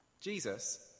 Jesus